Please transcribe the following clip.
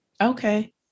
Okay